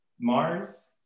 mars